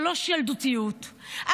3. ילדותיות,